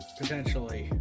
potentially